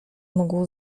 mógł